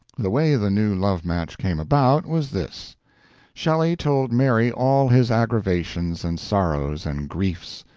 the way the new love-match came about was this shelley told mary all his aggravations and sorrows and griefs,